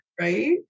Right